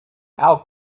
how